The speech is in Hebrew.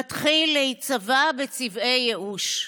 מתחיל להיצבע בצבעי ייאוש.